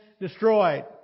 destroyed